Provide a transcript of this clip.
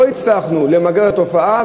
לא הצלחנו למגר את התופעה.